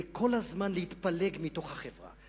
כל הזמן להתפלג מתוך החברה,